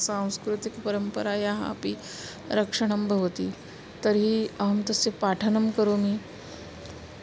सांस्कृतिकपरम्परायाः अपि रक्षणं भवति तर्हि अहं तस्य पाठनं करोमि